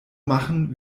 machen